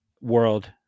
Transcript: world